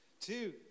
Two